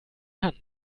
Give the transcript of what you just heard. hand